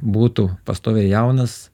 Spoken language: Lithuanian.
būtų pastoviai jaunas